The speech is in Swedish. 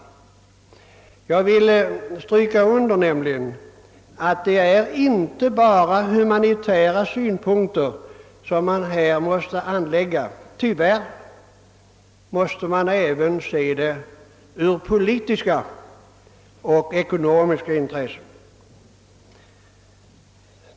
Jag vill nämligen understryka att det inte bara är humanitära synpunkter som måste anläggas i detta sammanhang. Tyvärr måste man även ta hänsyn till politiska och ekonomiska intressen.